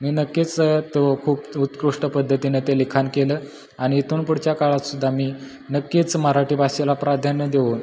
मी नक्कीच तो खूप उत्कृष्ट पद्धतीने ते लिखाण केलं आणि इथून पुढच्या काळातसुद्धा मी नक्कीच मराठी भाषेला प्राधान्य देऊन